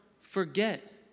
forget